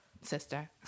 sister